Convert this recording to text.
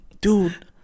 dude